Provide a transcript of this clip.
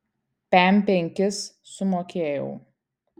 pem penkis sumokėjau